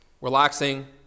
relaxing